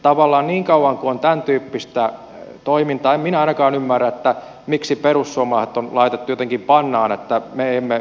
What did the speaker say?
tavallaan niin kauan kun on tämän tyyppistä toimintaa en minä ainakaan ymmärrä miksi perussuomalaiset on laitettu jotenkin pannaan että me emme